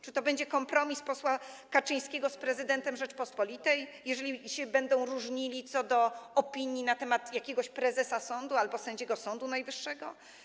Czy to będzie kompromis posła Kaczyńskiego z prezydentem Rzeczypospolitej, jeżeli będą się oni różnili co do opinii na temat jakiegoś prezesa sądu albo sędziego Sądu Najwyższego?